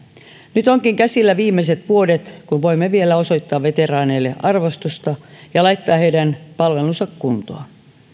nyt ovatkin käsillä viimeiset vuodet kun voimme vielä osoittaa veteraaneille arvostusta ja laittaa heidän palvelunsa kuntoon